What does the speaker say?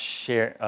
share